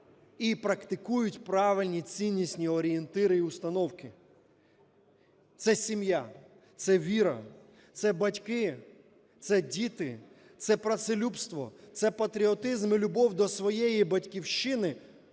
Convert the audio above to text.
і практикують правильні ціннісні орієнтири і установки. Це сім'я, це віра, це батьки, це діти, це працелюбство, це патріотизм і любов до своєї Батьківщини,